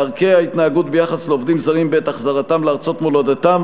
7. דרכי ההתנהגות ביחס לעובדים זרים בעת החזרתם לארצות מולדתם,